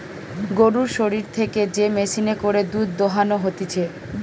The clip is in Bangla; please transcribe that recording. গরুর শরীর থেকে যে মেশিনে করে দুধ দোহানো হতিছে